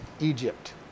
Egypt